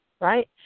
right